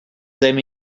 them